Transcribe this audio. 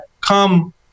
come